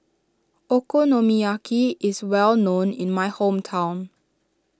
Okonomiyaki is well known in my hometown